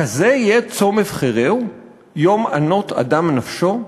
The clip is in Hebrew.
הכזה יהיה צום אבחרהו יום ענות אדם נפשו,